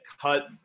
cut